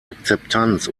akzeptanz